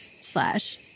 slash